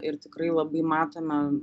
ir tikrai labai matome